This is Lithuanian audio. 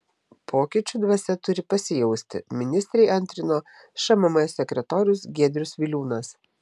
pokyčių dvasia turi pasijausti ministrei antrino šmm sekretorius giedrius viliūnas